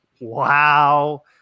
Wow